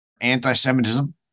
Anti-Semitism